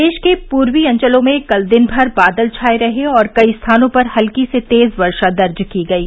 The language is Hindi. प्रदेश के पूर्वी अंचलों में कल दिन भर बादल छाए रहे और कई स्थानों पर हल्की से तेज वर्षा दर्ज की गयी